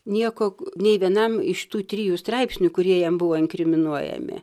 nieko nei vienam iš tų trijų straipsnių kurie jam buvo inkriminuojami